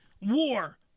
war